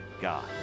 God